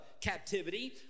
captivity